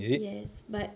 yes but